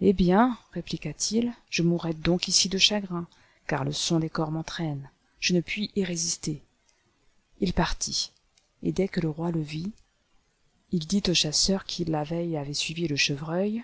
eh bien répliqua-t-il je mourrai donc ici de chagrin car le son des cors m'entraîne je ne puis y résister il partit et dès que le roi le vit il dit au chasseur qui la veille avîit suivi le chevreuil